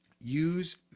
Use